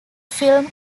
film